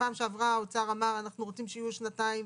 בפעם שעברה האוצר אמר: אנחנו רוצים שיהיו שנתיים,